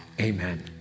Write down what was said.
Amen